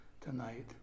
tonight